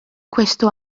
questo